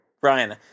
Brian